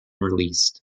released